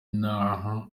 naho